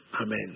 Amen